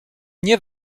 nie